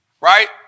Right